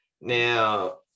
Now